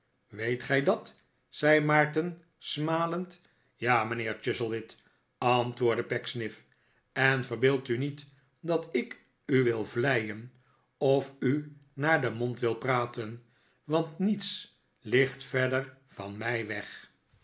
weet gij dat zei maarten smalend ja mijnheer chuzzlewit antwoordde pecksniff en verbeeld u niet dat ik u wil vleien of u naar den mond wil praten want niets ligt verder van mij weg